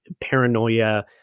paranoia